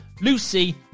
Lucy